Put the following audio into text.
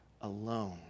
alone